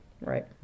Right